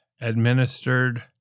administered